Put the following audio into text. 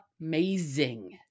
amazing